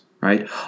right